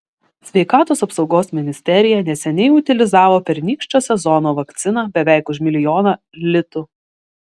sveikatos apsaugos ministerija neseniai utilizavo pernykščio sezono vakciną beveik už milijoną litų